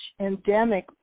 endemic